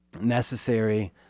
necessary